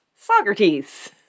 Socrates